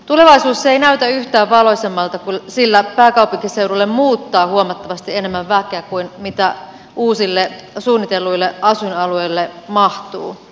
tulevaisuus ei näytä yhtään valoisammalta sillä pääkaupunkiseudulle muuttaa huomattavasti enemmän väkeä kuin mitä uusille suunnitelluille asuinalueille mahtuu